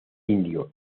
indio